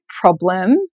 problem